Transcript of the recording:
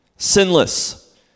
Sinless